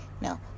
No